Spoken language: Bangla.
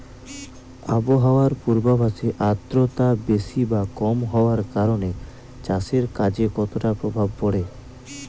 আবহাওয়ার পূর্বাভাসে আর্দ্রতা বেশি বা কম হওয়ার কারণে চাষের কাজে কতটা প্রভাব পড়ে?